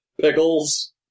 pickles